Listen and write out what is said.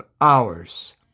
hours